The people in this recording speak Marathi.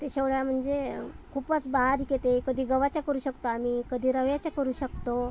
ते शेवड्या म्हणजे खूपच बारीक येते कधी गव्हाच्या करू शकतो आम्ही कधी रव्याच्या करू शकतो